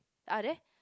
ah there